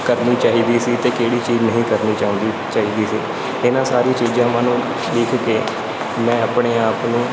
ਕਰਨੀ ਚਾਹੀਦੀ ਸੀ ਅਤੇ ਕਿਹੜੀ ਚੀਜ਼ ਨਹੀਂ ਕਰਨੀ ਚਾਹੀਦੀ ਚਾਹੀਦੀ ਸੀ ਇਨ੍ਹਾਂ ਸਾਰੀਆਂ ਚੀਜ਼ਾਂ ਵਾਂ ਨੂੰ ਲਿਖ ਕੇ ਮੈਂ ਆਪਣੇ ਆਪ ਨੂੰ